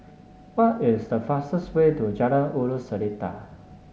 what is the fastest way to Jalan Ulu Seletar